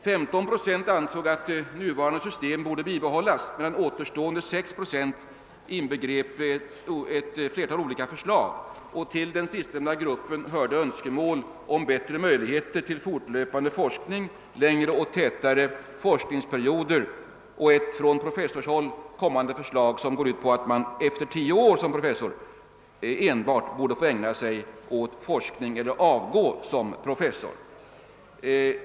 15 procent ansåg att det nuvarande systemet borde bibehållas, medan återstående 6 procent uttalade sig för andra förslag. Till den sistnämnda gruppen hörde önskemål om bättre möjligheter till fortlöpande forskning, längre och tätare forskningsperioder och ett från professorshåll framfört förslag som går ut på att man efter tio år som professor borde få ägna sig enbart åt forskning eller borde få avgå som professor.